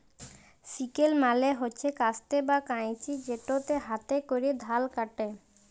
sickle মালে হছে কাস্তে বা কাঁইচি যেটতে হাতে ক্যরে ধাল ক্যাটে